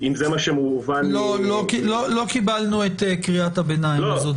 אם זה מה- - לא קיבלנו את קריאת הביניים הזו.